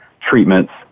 treatments